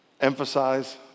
emphasize